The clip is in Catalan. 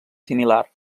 similar